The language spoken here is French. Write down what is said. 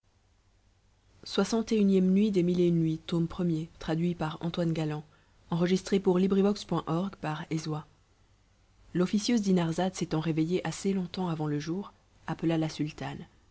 l'officieuse dinarzade s'étant réveillée assez longtemps avant le jour appela la sultane